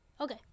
Okay